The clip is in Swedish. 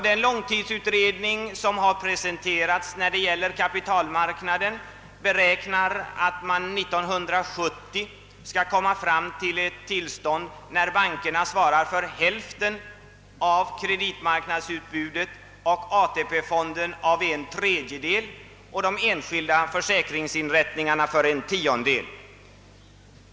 Den långtidsutredning som har presenterats när det gäller kapitalmarknaden beräknar att vi år 1970 skall vara framme vid ett tillstånd där bankerna svarar för hälften av kreditmarknadsutbudet och ATP-fonden för en tredjedel samt de enskilda försäkringsinrättningarna för en tiondel.